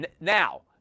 now